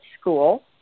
school